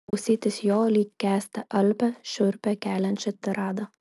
klausytis jo lyg kęsti alpią šiurpą keliančią tiradą